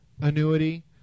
annuity